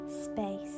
space